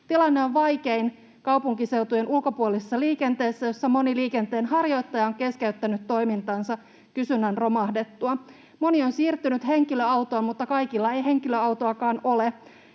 Tilanne on vaikein kaupunkiseutujen ulkopuolisessa liikenteessä, jossa moni liikenteenharjoittaja on keskeyttänyt toimintansa kysynnän romahdettua. Moni on siirtynyt henkilöautoon, mutta kaikilla ei henkilöautoakaan ole,